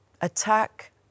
attack